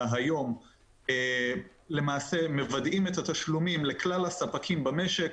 היום למעשה מוודאים את התשלומים לכלל הספקים במשק,